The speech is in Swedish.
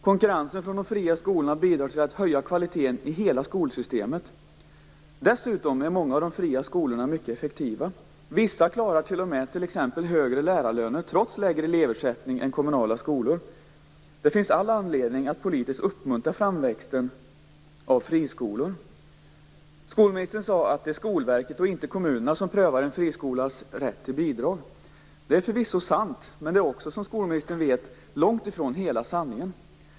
Konkurrensen från de fria skolorna bidrar till att höja kvaliteten i hela skolsystemet. Dessutom är många av de fria skolorna mycket effektiva. Vissa klarar t.ex. högre lärarlöner trots lägre eleversättning än kommunala skolor. Det finns all anledning att politiskt uppmuntra framväxten av friskolor. Skolministern sade att det är Skolverket - och inte kommunerna - som prövar en friskolas rätt till bidrag. Detta är förvisso sant, men det är - som skolministern vet - långt ifrån hela sanningen.